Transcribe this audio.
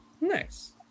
Nice